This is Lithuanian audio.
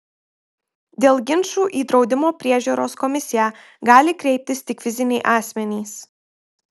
dėl ginčų į draudimo priežiūros komisiją gali kreiptis tik fiziniai asmenys